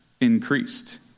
increased